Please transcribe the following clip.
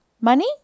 Money